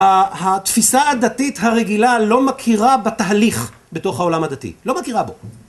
התפיסה הדתית הרגילה לא מכירה בתהליך בתוך העולם הדתי, לא מכירה בו.